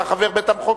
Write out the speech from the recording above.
אתה חבר בית-המחוקקים.